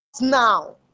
now